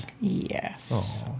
Yes